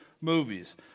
movies